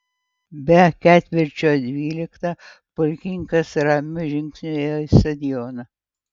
be ketvirčio dvyliktą pulkininkas ramiu žingsniu ėjo į stadioną